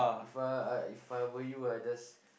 If I I If I were you I just